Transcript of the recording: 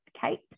Kate